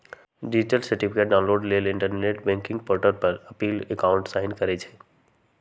deposit certificate download लेल internet banking portal पर अप्पन अकाउंट में साइन करइ छइ